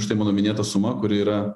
štai mano minėta suma kuri yra